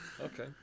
Okay